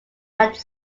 had